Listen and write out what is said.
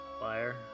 Fire